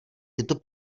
tyto